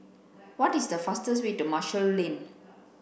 what is the easiest way to Marshall Lane